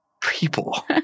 people